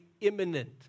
imminent